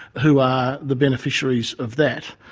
who are the beneficiaries of that.